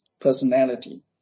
personality